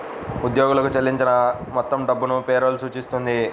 ఉద్యోగులకు చెల్లించిన మొత్తం డబ్బును పే రోల్ సూచిస్తుంది